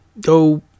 go